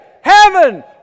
heaven